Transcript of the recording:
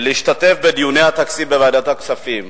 להשתתף בדיוני התקציב בוועדת הכספים.